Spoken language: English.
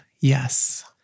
yes